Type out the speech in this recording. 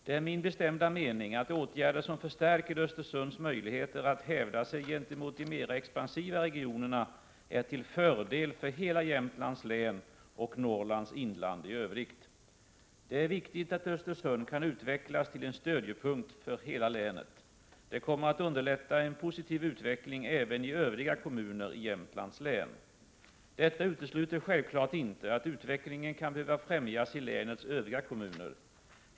Det är min bestämda mening, att åtgärder som förstärker Östersunds möjligheter att hävda sig gentemot de mera expansiva regionerna är till fördel för hela Jämtlands län och Norrlands inland i övrigt. Det är viktigt att Östersund kan utvecklas till en stödjepunkt för hela länet. Det kommer att underlätta en positiv utveckling även i övriga kommuner i Jämtlands län. Detta utesluter självfallet inte att utvecklingen kan behöva främjas i länets övriga kommuner.